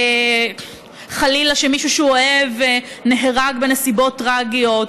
חלילה שמישהו שהוא אוהב נהרג בנסיבות טרגיות,